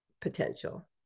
potential